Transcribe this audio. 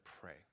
pray